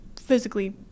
physically